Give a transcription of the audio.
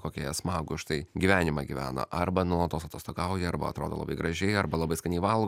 kokie jie smagų štai gyvenimą gyvena arba nuolatos atostogauja arba atrodo labai gražiai arba labai skaniai valgo